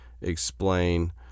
explain